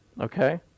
Okay